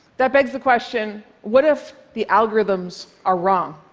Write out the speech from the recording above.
that begs the question what if the algorithms are wrong?